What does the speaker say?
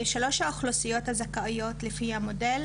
שלוש האוכלוסיות הזכאיות לפי המודל,